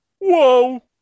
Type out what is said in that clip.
whoa